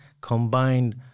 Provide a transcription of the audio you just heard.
combined